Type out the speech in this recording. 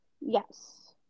Yes